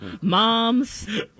Moms